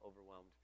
overwhelmed